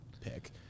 pick